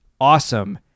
Awesome